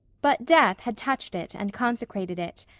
but death had touched it and consecrated it,